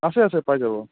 আছে আছে পাই যাব